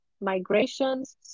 migrations